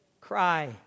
cry